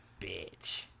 bitch